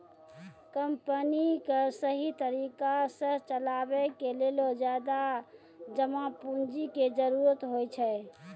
company क सहि तरिका सह चलावे के लेलो ज्यादा जमा पुन्जी के जरुरत होइ छै